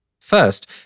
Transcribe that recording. First